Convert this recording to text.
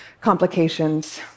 complications